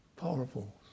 Powerful